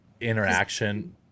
interaction